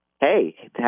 Hey